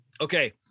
okay